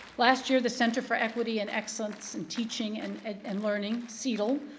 last year, the center for equity and excellence in teaching and and learning, cetl,